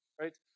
right